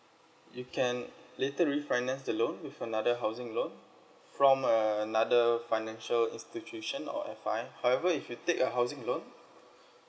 you can later refinance the loan with another housing loan from another finance institution or F_I however if you take a housing loan